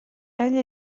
egli